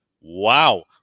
wow